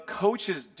coaches